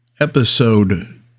episode